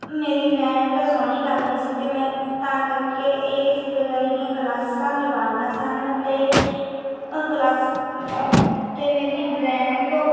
ਮੇਰੀ ਡਰੈਂਡ ਸੋਹਣੀ ਲੱਗਦੀ ਸੀ ਅਤੇ ਮੈਂ ਤਾਂ ਕਰਕੇ ਇਹ ਚਿੱਤਰਕਾਰ ਦੀਆਂ ਕਲਾਸਾਂ ਲਵਾਈਆਂ ਸਨ ਅਤੇ ਕਲਾਸ ਅਤੇ ਮੇਰੀ ਡਰੈਂਗ